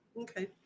okay